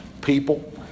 people